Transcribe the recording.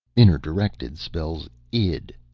inner-directed spells id,